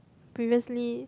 previously